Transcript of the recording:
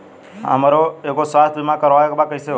हमरा एगो स्वास्थ्य बीमा करवाए के बा कइसे होई?